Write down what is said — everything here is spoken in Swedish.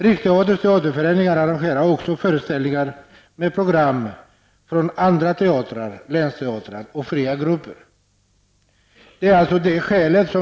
Riksteaterns teaterföreningar arrangerar också föreställningar med program från andra teatrar, länsteatrar och fria grupper.